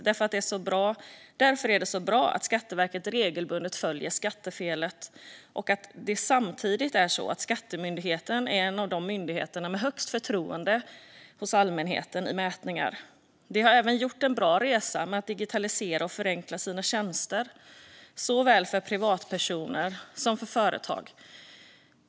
Därför är det bra att Skatteverket regelbundet följer skattefelet och att Skatteverket samtidigt är en av de myndigheter som har högst förtroende hos allmänheten i mätningar. De har även gjort en bra resa med att digitalisera och förenkla sina tjänster, såväl för privatpersoner som för företag.